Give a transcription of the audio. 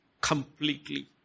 completely